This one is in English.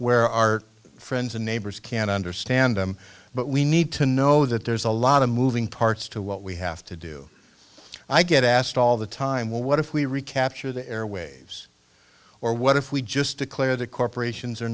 where our friends and neighbors can understand them but we need to know that there's a lot of moving parts to what we have to do i get asked all the time well what if we recapture the airwaves or what if we just declare that corporations are